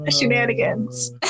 Shenanigans